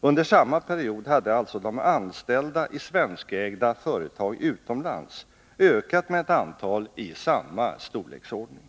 Under samma period hade alltså de anställda i svenskägda företag utomlands ökat med ett antal i samma storleksordning.